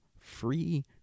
free